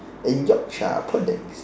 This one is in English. and Yorkshire puddings